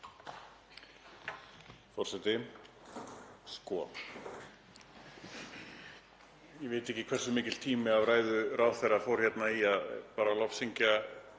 Forseti. Sko, ég veit ekki hversu mikill tími af ræðu ráðherra fór í að bara lofsyngja